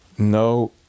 No